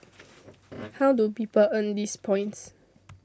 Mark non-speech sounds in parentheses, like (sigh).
(noise) how do people earn these points